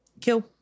Kill